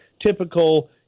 typical